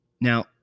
Now